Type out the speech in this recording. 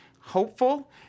hopeful